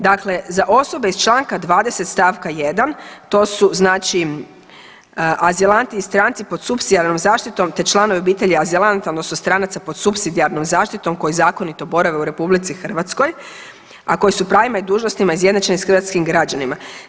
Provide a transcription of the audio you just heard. Dakle, za osobe iz Članka 20. stavka 1. to su znači azilanti i stranci pod supsidijarnom zaštitom te članovi obitelji azilanta odnosno stranaca pod supsidijarnom zaštitom koji zakonito borave u RH, a koji su pravima i dužnostima izjednačeni s hrvatskim građanima.